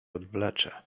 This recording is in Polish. odwlecze